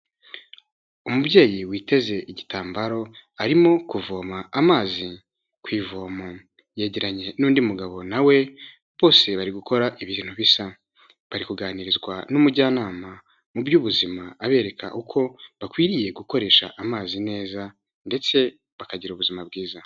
Umubyeyi witeze igitambaro arimo kuvoma amazi ku ivoma yegeranye n'undi mugabo nawe bose bari gukora ibintu bisa bari kuganirirwa n'umujyanama mu by'ubuzima abereka uko bakwiriye gukoresha amazi neza ndetse bakagira ubuzima bwiza.